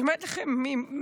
ואני אומרת לכם מהלב,